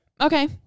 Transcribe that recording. Okay